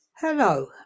Hello